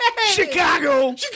Chicago